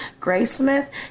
Graysmith